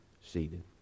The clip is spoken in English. seated